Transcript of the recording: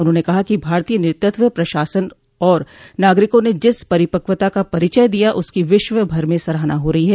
उन्होंने कहा कि भारतीय नेतृत्व प्रशासन और नागरिकों ने जिस परिपक्वता का परिचय दिया उसकी विश्व भर में सराहना हो रही है